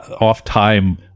off-time